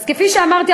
אז כפי שאמרתי,